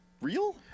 real